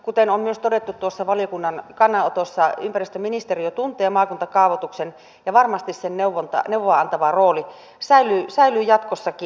kuten on myös todettu tuossa valiokunnan kannanotossa ympäristöministeriö tuntee maakuntakaavoituksen ja varmasti sen neuvoa antava rooli säilyy jatkossakin